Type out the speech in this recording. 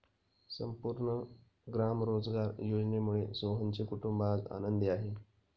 संपूर्ण ग्राम रोजगार योजनेमुळे सोहनचे कुटुंब आज आनंदी आहे